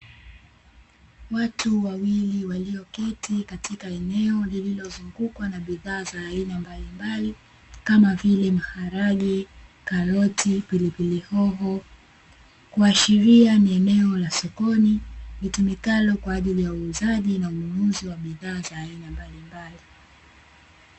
Watu wawili walioketi katika eneo lililozungukwa na bidhaa za aina mbalimbali, kama vile; maharage, karoti, pilipilihoho. Kuashiria ni eneo la sokoni, litumikalo kwa ajili ya uuzaji na ununuzi wa bidhaa za aina mbalimbali.